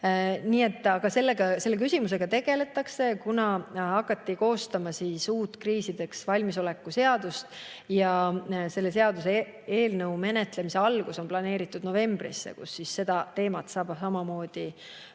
Nii et selle küsimusega tegeldakse, kuna hakati koostama uut kriisideks valmisoleku seadust. Selle seaduseelnõu menetlemise algus on planeeritud novembrisse, kui seda teemat saab samamoodi